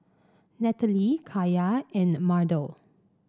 Natalie Kaya and Mardell